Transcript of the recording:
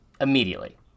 immediately